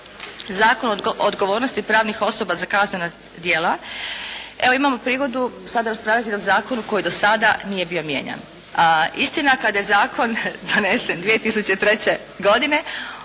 Zakonu o odgovornosti pravnih osoba za kaznena djela, evo imamo prigodu sada raspravljati o zakonu koji dosada nije bio mijenjan. A istina, kada je zakon donesen 2003. godine